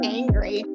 angry